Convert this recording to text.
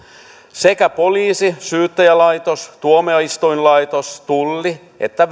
sekä poliisi syyttäjälaitos tuomioistuinlaitos tulli että